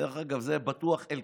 דרך אגב, זה בטוח אלקין,